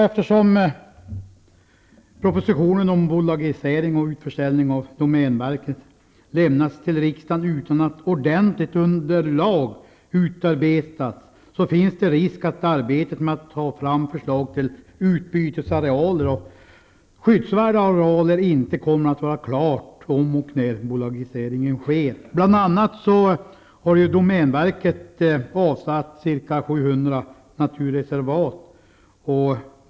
Eftersom propositionen om bolagisering och utförsäljning av domänverket lämnas till riksdagen utan att ordentligt underlag utarbetats, finns det risk att arbetet med att ta fram förslag till utbytesarealer och skyddsvärda arealer inte kommer att vara klart om och när bolagiseringen sker. Domänverket har bl.a. avsatt ca 700 naturreservat.